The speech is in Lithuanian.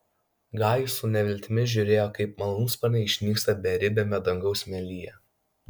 gajus su neviltimi žiūrėjo kaip malūnsparniai išnyksta beribiame dangaus mėlyje